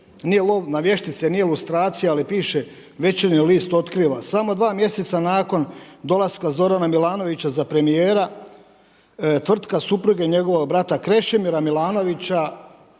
nije lov na vještice, nije lustracija, ali piše Večernji list otkriva samo dva mjeseca nakon dolaska Zorana Milanovića za premijera tvrtka supruge njegova brata Krešimira Milanovića,